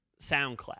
SoundCloud